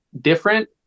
different